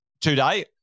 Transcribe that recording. today